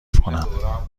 کنم